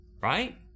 right